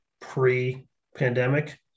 pre-pandemic